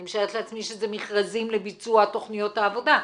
אני משערת לעצמי שזה מכרזים לביצוע תכניות העבודה,